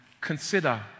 consider